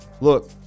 look